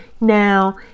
Now